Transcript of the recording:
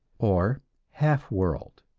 or half-world.